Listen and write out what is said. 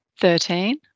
thirteen